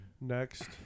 next